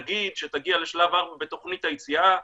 נגיד שתגיע לשלב 4 בתוכנית היציאה,